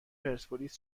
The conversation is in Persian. پرسپولیس